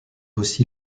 aussi